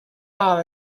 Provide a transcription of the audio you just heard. bar